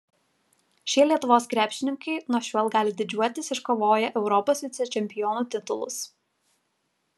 šie lietuvos krepšininkai nuo šiol gali didžiuotis iškovoję europos vicečempionų titulus